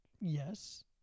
Yes